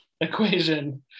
equation